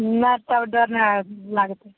नहि तब डर नहि हैत लागतै